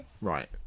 Right